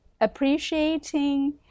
appreciating